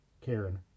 Karen